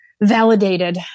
validated